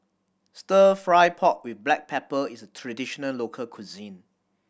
Stir Fry pork with black pepper is a traditional local cuisine